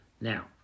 now